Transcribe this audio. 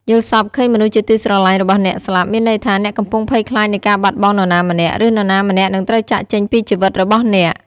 យល់សប្តិឃើញមនុស្សជាទីស្រលាញ់របស់អ្នកស្លាប់ មានន័យថា អ្នកកំពុងភ័យខ្លាចនៃការបាត់បង់នរណាម្នាក់ ឬនរណាម្នាក់នឹងត្រូវចាកចេញពីជីវិតរបស់អ្នក។